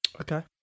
okay